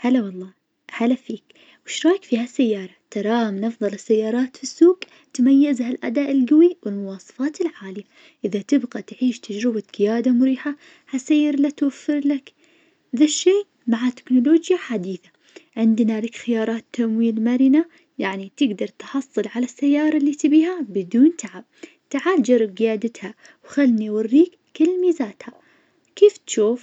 هلا والله, هلا فيك, ويش رايك في هالسيارة؟ تراها من افضل السيارات في السوق, تميزها الأداء القوي والمواصفات العالية, إذا تبغى تعيش تجربة قيادة مريحة, هالسيارة لتوفرلك ذا الشي مع تكنولوجيا حديثة, عندنا لك خيارات تمويل مرنة, يعني تقدر تحصل على السيارة اللي تبيها بدون تعب, تعال جرب قيادتها, وخلني وريك كل ميزاتها, كيف تشوف؟